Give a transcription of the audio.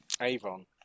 Avon